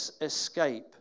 escape